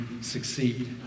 succeed